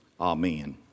Amen